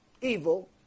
evil